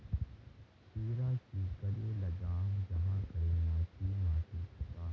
खीरा की करे लगाम जाहाँ करे ना की माटी त?